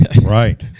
Right